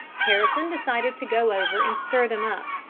harrison decided to go over and stir them up.